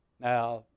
Now